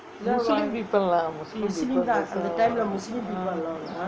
muslim people lah muslim people